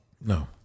No